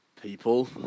people